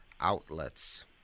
outlets